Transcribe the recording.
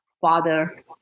father